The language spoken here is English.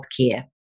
Healthcare